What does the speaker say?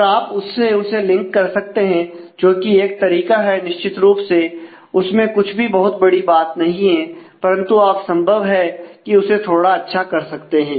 और आप उससे उसे लिंक कर सकते हैं जो कि एक तरीका है निश्चित रूप से और उसमें कुछ भी बहुत बड़ी बात नहीं है परंतु आप संभव है कि उसे थोड़ा अच्छा कर सकते हैं